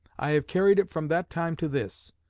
i have carried it from that time to this.